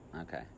Okay